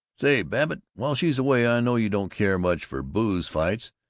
say, babbitt, while she's away i know you don't care much for booze-fights,